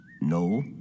No